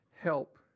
help